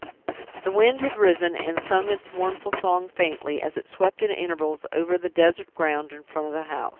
the wind had risen, and sung its mournful song faintly, as it swept at intervals over the desert ground in front of the house.